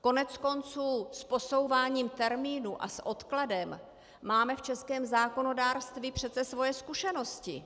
Koneckonců s posouváním termínu a s odkladem máme v českém zákonodárství přece svoje zkušenosti!